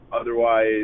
otherwise